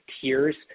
tiers